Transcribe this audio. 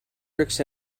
bricks